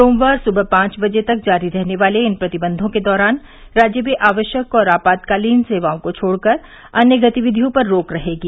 सोमवार सुबह पांच बजे तक जारी रहने वाले इन प्रतिबंधों के दौरान राज्य में आवश्यक और आपातकालीन सेवाओं को छोड़कर अन्य गतिविधियों पर रोक रहेगी